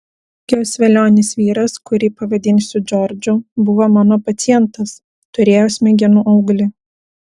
jos velionis vyras kurį pavadinsiu džordžu buvo mano pacientas turėjo smegenų auglį